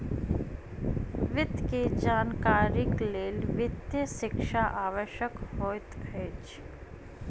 वित्त के जानकारीक लेल वित्तीय शिक्षा आवश्यक होइत अछि